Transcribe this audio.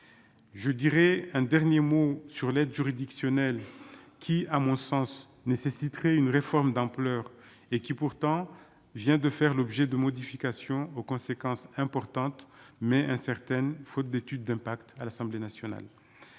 je dirais, un dernier mot sur l'aide juridictionnelle, qui à mon sens, nécessiterait une réforme d'ampleur et qui pourtant vient de faire l'objet de modifications aux conséquences importantes mais incertaine faute d'étude d'impact, à l'Assemblée nationale,